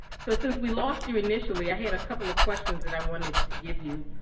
so since we lost you initially, i had a couple of questions that i wanted to give you.